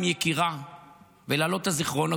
עם יקירה ולהעלות את הזיכרונות,